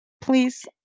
Please